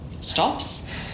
stops